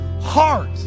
heart